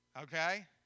Okay